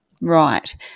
Right